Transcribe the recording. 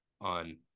on